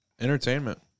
entertainment